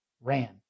ran